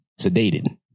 sedated